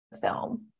film